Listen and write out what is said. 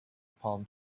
palm